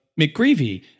McGreevy